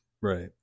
Right